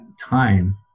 time